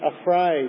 afraid